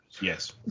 yes